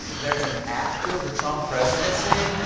there's an after the trump presidency?